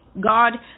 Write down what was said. God